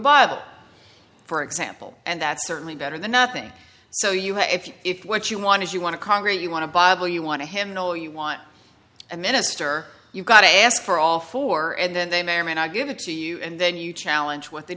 bottle for example and that's certainly better than nothing so you have if you if what you want is you want to congregate you want to bible you want to him know you want and minister you've got to ask for all four and then they may or may not give it to you and then you challenge what they